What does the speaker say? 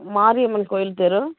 மாரியம்மன் கோயில் தெரு